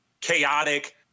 chaotic